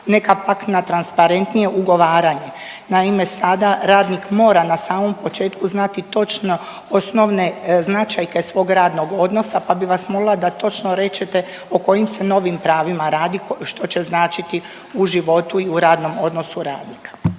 neka pak na transparentnije ugovaranje. Naime, sada radnik mora na samom početku znati točno osnovne značajke svog radnog odnosa pa bi vas molila da točno rečete o kojim se novim pravima radi što će značiti u životu i u radnom odnosu radnika.